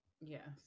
yes